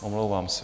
Omlouvám se.